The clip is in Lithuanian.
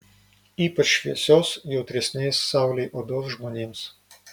ypač šviesios jautresnės saulei odos žmonėms